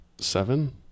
Seven